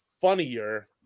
funnier